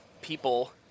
people